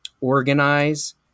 organize